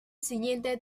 siguiente